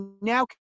now